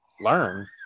learn